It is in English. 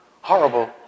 horrible